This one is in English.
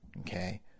Okay